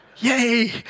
Yay